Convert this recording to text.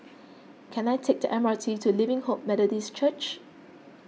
can I take the M R T to Living Hope Methodist Church